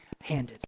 handed